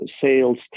sales